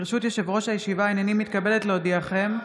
ברשות יושב-ראש הישיבה, הינני מתכבדת להודיעכם,